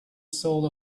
soul